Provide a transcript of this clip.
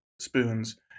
Spoons